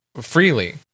freely